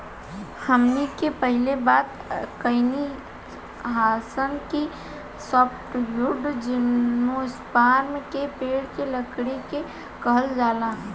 हमनी के पहिले बात कईनी हासन कि सॉफ्टवुड जिम्नोस्पर्म के पेड़ के लकड़ी के कहल जाला